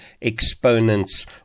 exponents